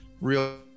real